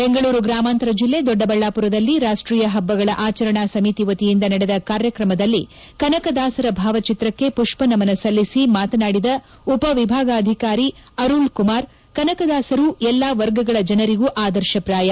ಬೆಂಗಳೂರು ಗ್ರಾಮಾಂತರ ಜಿಲ್ಲೆ ದೊಡ್ಡಬಳ್ಳಾಪುರದಲ್ಲಿ ರಾಷ್ವೀಯ ಹಬ್ಬಗಳ ಆಚರಣಾ ಸಮಿತಿ ವತಿಯಿಂದ ನಡೆದ ಕಾರ್ಯಕ್ರಮದಲ್ಲಿ ಕನಕದಾಸರ ಭಾವಚಿತ್ರಕ್ಕೆ ಪುಷ್ಪನಮನ ಸಲ್ಲಿಸಿ ಮಾತನಾಡಿದ ಉಪವಿಭಾಗಾಧಿಕಾರಿ ಆರುಳ್ ಕುಮಾರ್ ಕನಕದಾಸರು ಎಲ್ಲಾ ವರ್ಗಗಳ ಜನರಿಗೂ ಆದರ್ಶಪ್ರಾಯ